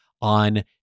on